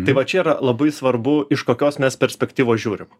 tai va čia yra labai svarbu iš kokios mes perspektyvos žiūrim